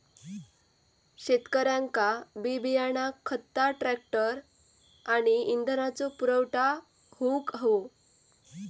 शेतकऱ्यांका बी बियाणा खता ट्रॅक्टर आणि इंधनाचो पुरवठा होऊक हवो